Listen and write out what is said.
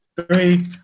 three